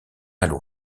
malo